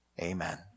Amen